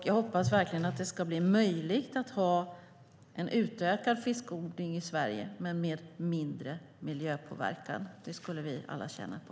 Jag hoppas verkligen att det ska bli möjligt att ha en utökad fiskodling i Sverige men med mindre miljöpåverkan. Det skulle vi alla tjäna på.